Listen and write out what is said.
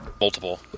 multiple